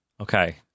Okay